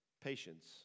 Patience